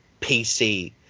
PC